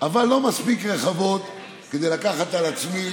אבל לא מספיק רחבות כדי לקחת על עצמי